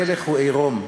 המלך הוא עירום,